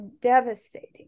devastating